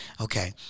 Okay